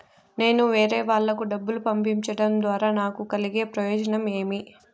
నేను వేరేవాళ్లకు డబ్బులు పంపించడం ద్వారా నాకు కలిగే ప్రయోజనం ఏమి?